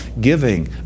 Giving